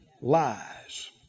Lies